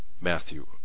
Matthew